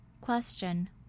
Question